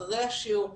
אחרי השיעור,